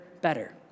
better